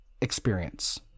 experience